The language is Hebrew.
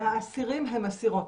מהאסירים הן אסירות.